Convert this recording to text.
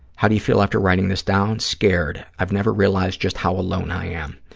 how do you feel after writing this down? scared. i've never realized just how alone i am.